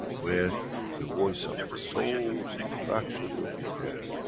where the voice of the souls interaction will be heard.